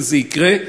שזה יקרה,